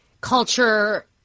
culture